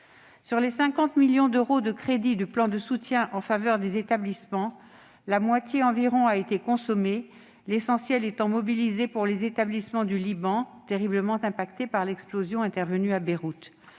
Sur les 50 millions d'euros de crédits du plan de soutien en faveur des établissements, environ la moitié a été consommée, l'essentiel étant consacré aux établissements du Liban, terriblement affectés par l'explosion intervenue à Beyrouth.